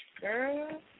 Girl